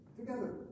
together